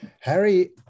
harry